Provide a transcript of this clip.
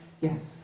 Yes